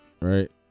right